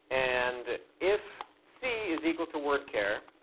and if c is equal to wordchar,